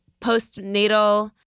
postnatal